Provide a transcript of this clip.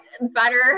better